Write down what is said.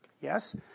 yes